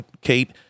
Kate